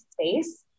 space